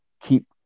keep